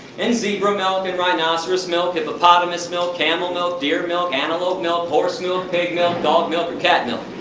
and zebra milk and rhinoceros milk, hippopotamus milk, camel milk, deer milk, antelope milk, horse milk, pig milk, dog milk and cat milk.